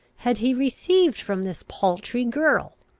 had he received from this paltry girl!